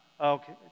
Okay